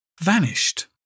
vanished